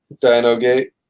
Dino-gate